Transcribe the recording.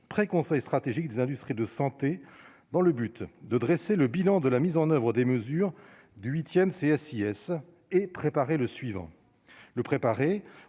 près Conseil stratégique des industries de santé dans le but de dresser le bilan de la mise en oeuvre des mesures du 8ème CSIS et préparer le suivant le préparer